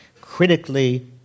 critically